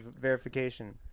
verification